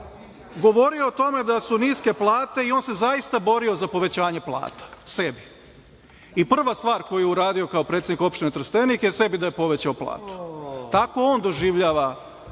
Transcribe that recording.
je o tome da su niske plate i on se zaista borio za povećanje plata, sebi. Prva stvar koju je uradio kao predsednik Opštine Trstenik je da sebi povećao platu. Tako on doživljava